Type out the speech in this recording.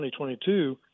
2022